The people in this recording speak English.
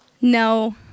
No